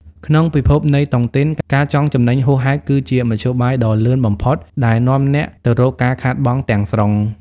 ក្នុងពិភពនៃតុងទីន "ការចង់ចំណេញហួសហេតុ" គឺជាមធ្យោបាយដ៏លឿនបំផុតដែលនាំអ្នកទៅរកការខាតបង់ទាំងស្រុង។